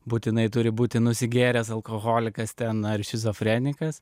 būtinai turi būti nusigėręs alkoholikas ten ar šizofrenikas